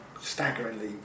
staggeringly